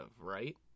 right